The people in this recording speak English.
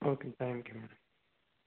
okay thank you madam